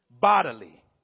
bodily